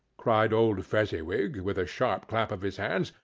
cried old fezziwig, with a sharp clap of his hands,